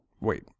wait